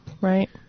Right